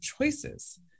choices